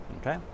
Okay